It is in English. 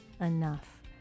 enough